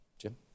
Jim